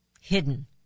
Hidden